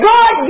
God